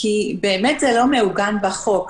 כי באמת זה לא מעוגן בחוק.